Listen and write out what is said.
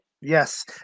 Yes